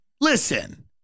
Listen